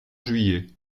juillet